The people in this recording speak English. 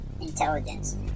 intelligence